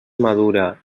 madura